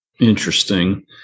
Interesting